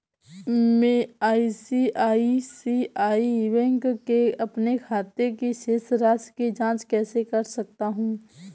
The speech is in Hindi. मैं आई.सी.आई.सी.आई बैंक के अपने खाते की शेष राशि की जाँच कैसे कर सकता हूँ?